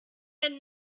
had